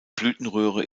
blütenröhre